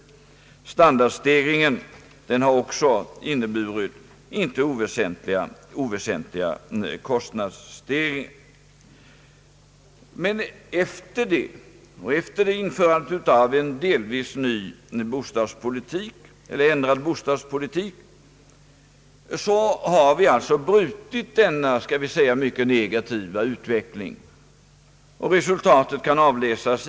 Även standardstegringen har inneburit icke oväsentliga kostnadsstegringar. Men därefter, och efter införandet av en delvis ny bostadspolitik, har vi brutit denna delvis mycket negativa utveckling, om jag får använda det uttrycket.